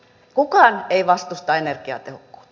kukaan ei vastusta energiatehokkuutta